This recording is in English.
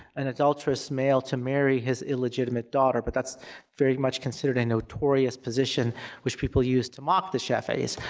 an adulterous male to marry his illegitimate daughter, but that's very much considered a notorious position which people use to mock the shafi'is.